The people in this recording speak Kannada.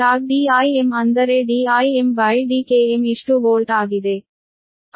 ಲಾಗ್ Dim ಅಂದರೆ Dim by Dkm ಇಷ್ಟು ವೋಲ್ಟ್ ಆಗಿದೆ